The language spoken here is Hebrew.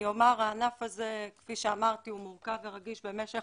הענף הזה, כפי שאמרתי, הוא מורכב ורגיש במשך